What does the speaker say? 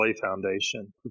Foundation